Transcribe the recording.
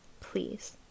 Please